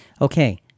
Okay